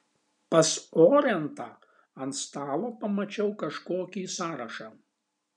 pas orentą ant stalo pamačiau kažkokį sąrašą